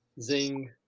Zing